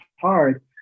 hard